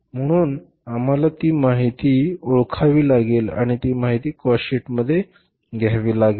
म्हणून आम्हाला ती माहिती ओळखावी लागेल आणि ती माहिती काॅस्ट शीटमध्ये घ्यावी लागेल